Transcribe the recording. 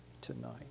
tonight